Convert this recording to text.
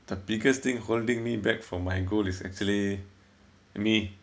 the biggest thing holding me back from my goal is actually me